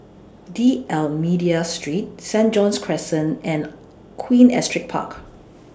D'almeida Street Saint John's Crescent and Queen Astrid Park